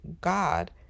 God